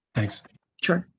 thanks sure.